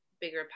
bigger